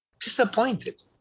disappointed